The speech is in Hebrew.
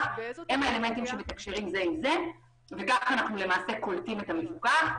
הם האלמנטים שמתקשרים זה עם זה וכך אנחנו קולטים את המפוקח.